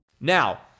Now